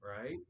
Right